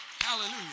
Hallelujah